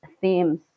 themes